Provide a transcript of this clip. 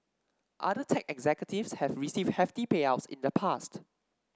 other tech executives have received hefty payouts in the past